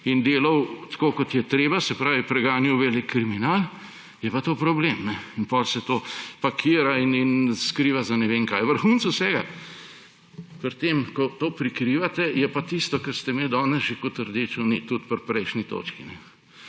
in delal tako, kot je treba, se pravi preganjal veliki kriminal, je pa to problem. In potem se to pakira in skriva za ne vem kaj. Vrhunec vsega pri tem, ko to prikrivate, je pa tisto, kar ste imeli danes že kot rdečo nit tudi pri prejšnji točki